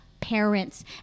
parents